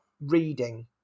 reading